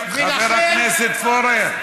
ולכן אתה, מה עם עזמי בשארה?